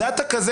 Data כזה,